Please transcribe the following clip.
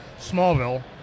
Smallville